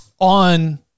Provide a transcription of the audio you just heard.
on